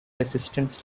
resistance